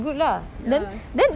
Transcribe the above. good lah then then